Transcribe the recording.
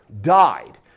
died